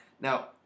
Now